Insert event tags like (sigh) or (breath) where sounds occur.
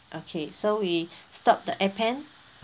okay so we (breath) stop the appen